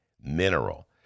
mineral